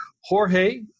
Jorge